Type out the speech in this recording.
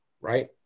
right